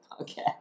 Okay